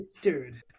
Dude